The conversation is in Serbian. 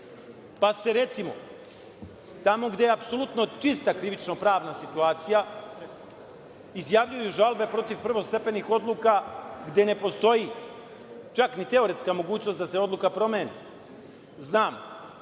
pa se, recimo, tamo gde je apsolutno čista krivično-pravna situacija izjavljuju žalbe protiv prvostepenih odluka gde ne postoji čak ni teoretska mogućnost da se ta odluka promeni. Znam